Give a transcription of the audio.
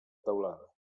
teulada